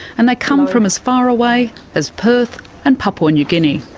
and they come from as far away as perth and papua new guinea.